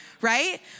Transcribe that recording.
Right